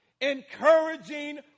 encouraging